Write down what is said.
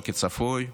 וכצפוי התקפל.